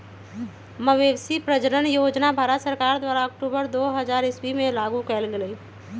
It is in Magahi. मवेशी प्रजजन योजना भारत सरकार द्वारा अक्टूबर दू हज़ार ईश्वी में लागू कएल गेल